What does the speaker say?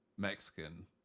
Mexican